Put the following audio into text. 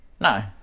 No